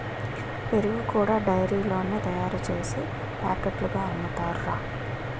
పెరుగు కూడా డైరీలోనే తయారుసేసి పాకెట్లుగా అమ్ముతారురా